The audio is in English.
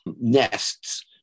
nests